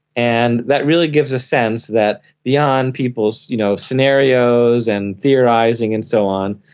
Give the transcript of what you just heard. and that really gives a sense that beyond people's you know scenarios and theorising and so on,